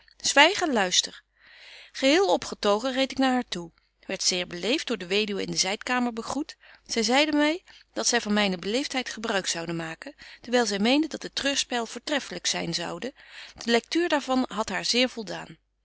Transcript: en luister geheel opgetogen reed ik na haar toe werd zeer beleeft door de weduwe in de zydkamer begroet zy zeide my dat zy van myne beleeftheid gebruik zoude maken dewyl zy meende dat het treurspel voortreffelyk zyn zoude de lectuur daar van hadt haar zeer voldaan